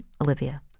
Olivia